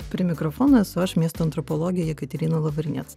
prie mikrofono esu aš miesto antropologė jekaterina lavrinec